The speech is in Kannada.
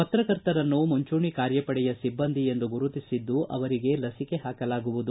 ಪತ್ರಕರ್ತರನ್ನು ಮುಂಚೂಣಿ ಕಾರ್ಯಪಡೆಯ ಸಿಬ್ಬಂದಿ ಎಂದು ಗುರುತಿಸಿದ್ದು ಅವರಿಗೆ ಲಸಿಕೆ ಪಾಕಲಾಗುವುದು